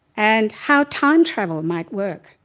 and how time travel might work.